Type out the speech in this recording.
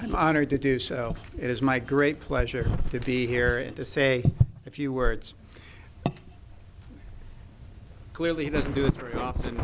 i'm honored to do so it is my great pleasure to be here and to say a few words clearly doesn't do it very often